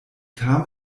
kam